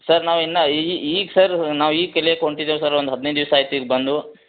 sir ನಾವು ಇನ್ನ ಈಗ ಸರ್ ನಾವು ಈಗ ಕಲಿಯಾಕೆ ಹೊಂಟಿದ್ದೀವಿ ಸರ್ ಒಂದು ಹದಿನೈದು ದಿವಸ ಆಯ್ತು ಈಗ ಬಂದು